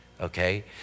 Okay